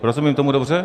Rozumím tomu dobře?